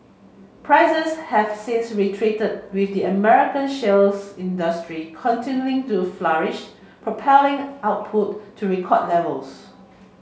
prices have since retreated with the American shale's industry continuing to flourish propelling output to record levels